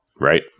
Right